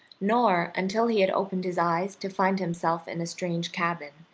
nor until he had opened his eyes to find himself in a strange cabin,